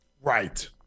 Right